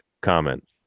comment